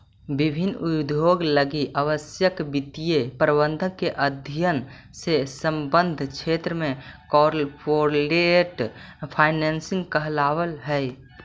विभिन्न उद्योग लगी आवश्यक वित्तीय प्रबंधन के अध्ययन से संबद्ध क्षेत्र कॉरपोरेट फाइनेंस कहलावऽ हइ